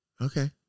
Okay